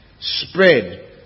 spread